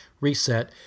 reset